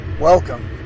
Welcome